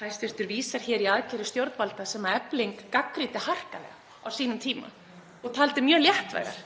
forsætisráðherra vísar hér í aðgerðir stjórnvalda sem Efling gagnrýndi harkalega á sínum tíma og taldi mjög léttvægar,